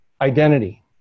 identity